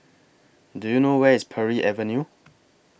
Do YOU know Where IS Parry Avenue